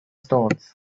stones